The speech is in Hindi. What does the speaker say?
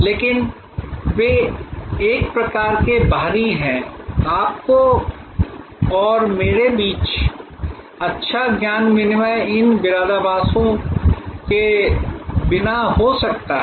लेकिन वे एक प्रकार के बाहरी हैं आपके और मेरे बीच अच्छा ज्ञान विनिमय इन विरोधाभासों के बिना हो सकता है